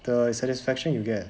the satisfaction you get